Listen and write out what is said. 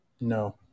No